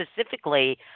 specifically –